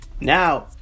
Now